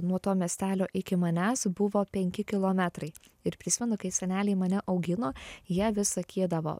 nuo to miestelio iki manęs buvo penki kilometrai ir prisimenu kai seneliai mane augino jie vis sakydavo